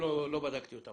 לא בדקתי אותם,